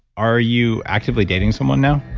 are you actively dating someone now?